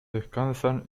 descansan